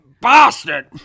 bastard